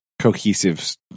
cohesive